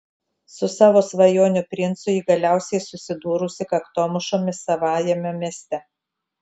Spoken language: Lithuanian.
su savo svajonių princu ji galiausiai susidūrusi kaktomušomis savajame mieste